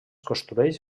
construeix